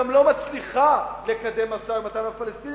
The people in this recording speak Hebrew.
היא גם לא מצליחה לקדם משא-ומתן עם הפלסטינים